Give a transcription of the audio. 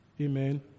Amen